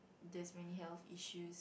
there's many health issue